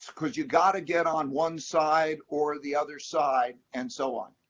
because you've got to get on one side or the other side and so on.